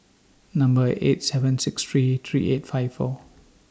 Number eight seven six three three eight five four